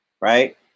right